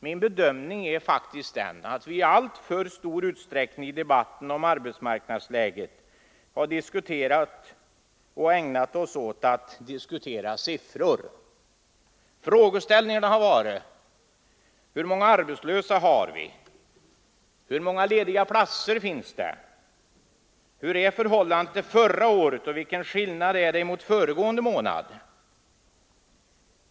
Min bedömning är faktiskt den att vi i alltför stor utsträckning i debatten om arbetsmarknadsläget har ägnat oss åt att diskutera siffror. Frågeställningarna har varit: Hur många arbetslösa har vi? Hur många lediga platser finns det? Hur är förhållandet till förra året? Vilken skillnad är det mot föregående månad?